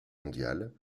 mondiale